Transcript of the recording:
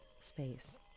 space